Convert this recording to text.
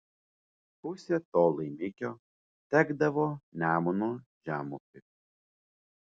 pusė to laimikio tekdavo nemuno žemupiui